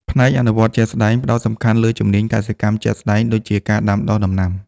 ផ្នែកអនុវត្តជាក់ស្តែងផ្តោតសំខាន់លើជំនាញកសិកម្មជាក់ស្តែងដូចជាការដាំដុះដំណាំ។